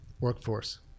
workforce